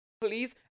please